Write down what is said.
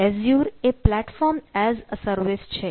Azure a platform as a service છે